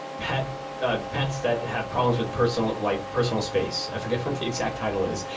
pet ah pets that have problems with personal like personal space for different the exact title is